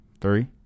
Three